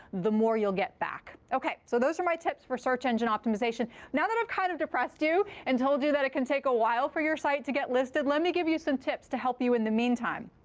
the more you'll get back. ok. so those are my tips for search engine optimization. now that i've kind of depressed you and told you that it can take a while for your site to get listed, let me give you some tips to help you in the meantime.